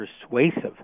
persuasive